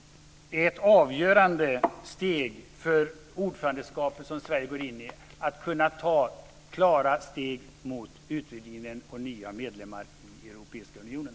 Det är avgörande att det ordförandeskap som Sverige går in i för med sig att vi kan ta klara steg mot utvidgning och nya medlemmar i Europeiska unionen.